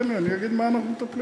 תן לי, אני אגיד במה אנחנו מטפלים.